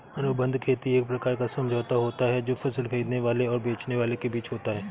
अनुबंध खेती एक प्रकार का समझौता होता है जो फसल खरीदने वाले और बेचने वाले के बीच होता है